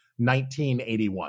1981